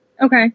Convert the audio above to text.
Okay